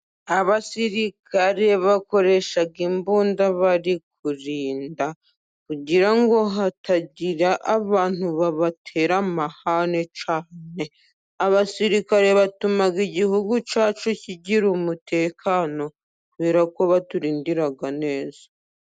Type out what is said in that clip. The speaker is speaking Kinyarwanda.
Abasirikare bakoresha imbunda bari kurinda, kugirango hatagira abantu babatera amahane cyane, abasirikare batuma igihugu cyacu kigira umutekano kubera ko baturindira neza.